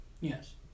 Yes